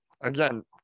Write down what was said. again